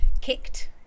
kicked